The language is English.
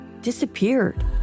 disappeared